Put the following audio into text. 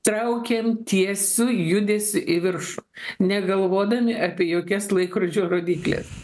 traukiam tiesiu judesiu į viršų negalvodami apie jokias laikrodžio rodykles